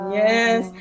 yes